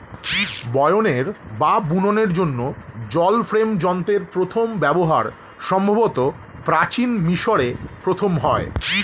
বয়নের বা বুননের জন্য জল ফ্রেম যন্ত্রের প্রথম ব্যবহার সম্ভবত প্রাচীন মিশরে প্রথম হয়